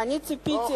אני ציפיתי,